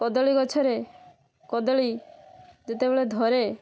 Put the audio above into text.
କଦଳୀ ଗଛରେ କଦଳୀ ଯେତେବେଳେ ଧରେ